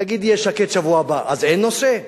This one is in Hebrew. נגיד יהיה שקט בשבוע הבא, אז אין נושא?